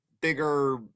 bigger